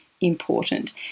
important